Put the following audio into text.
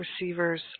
receivers